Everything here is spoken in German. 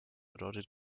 bedeutet